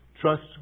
trust